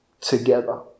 together